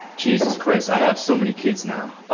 jesus christ. i have so many kids now.